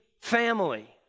family